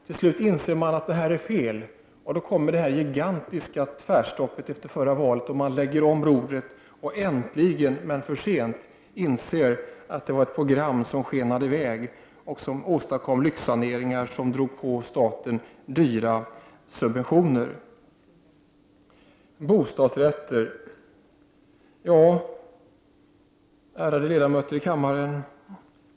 Till slut insåg man att detta var fel, och på det följde det gigantiska tvärstoppet efter förra valet, då man lade om rodret och äntligen — men för sent! — insåg att det var fråga om ett program som skenade i väg och som åstadkom lyxsaneringar vilka drog på staten dyra subventioner. Ärade ledamöter i kammaren!